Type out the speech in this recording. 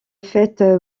fête